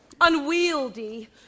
unwieldy